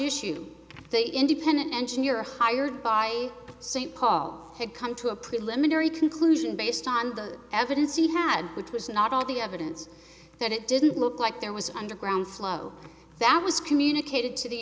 issue the independent engineer hired by st paul had come to a preliminary conclusion based on the evidence he had which was not all the evidence that it didn't look like there was an underground flow that was communicated